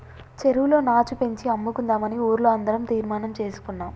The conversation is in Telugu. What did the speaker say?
చెరువులో నాచు పెంచి అమ్ముకుందామని ఊర్లో అందరం తీర్మానం చేసుకున్నాం